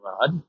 rod